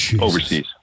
overseas